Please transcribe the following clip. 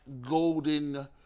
golden